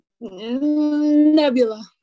Nebula